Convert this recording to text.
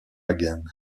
again